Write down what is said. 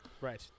Right